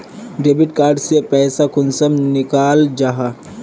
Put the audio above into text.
Debit card से पैसा कुंसम निकलाल जाहा?